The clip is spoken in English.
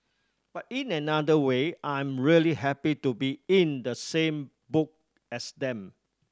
but in another way I'm really happy to be in the same book as them